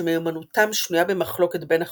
שמהימנותם שנויה במחלוקת בין החוקרים,